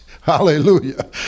hallelujah